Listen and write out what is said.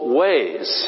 ways